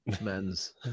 men's